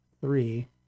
three